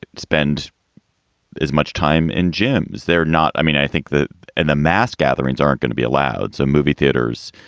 spend as much time in gyms. they're not. i mean, i think that and the mass gatherings aren't going to be allowed some movie theaters,